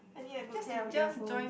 I need a good pair of earphones